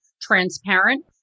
transparent